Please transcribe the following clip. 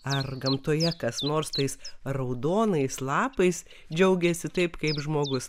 ar gamtoje kas nors tais raudonais lapais džiaugiasi taip kaip žmogus